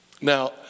Now